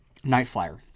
Nightflyer